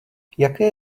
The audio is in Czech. jaké